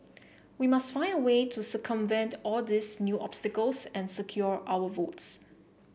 we must find a way to circumvent all these new obstacles and secure our votes